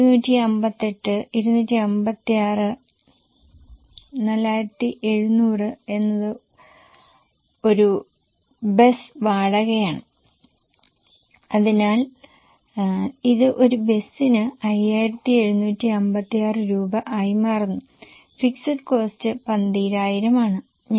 258 256 4700 എന്നത് ഒരു ബസ് വാടകയാണ് അതിനാൽ ഇത് ഒരു ബസിന് 5756 രൂപ ആയി മാറുന്നു ഫിക്സഡ് കോസ്ററ് 12000 ആണ്